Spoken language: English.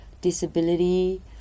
disability